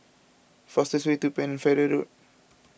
fastest way to Pennefather Road